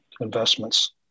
investments